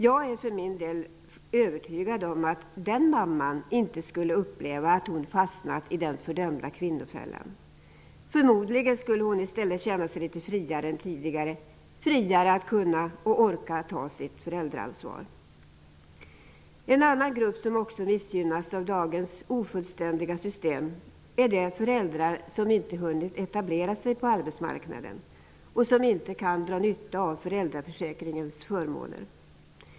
Jag är för min del övertygad om att den mamman inte skulle uppleva att hon fastnat i den fördömda kvinnofällan. Förmodligen skulle hon i stället känna sig litet friare än tidigare, friare att kunna och orka ta sitt föräldraansvar. En annan grupp som också missgynnas av dagens ofullständiga system är de föräldrar som inte har hunnit etablera sig på arbetsmarknaden och som inte kan dra nytta av föräldraförsäkringens förmåner.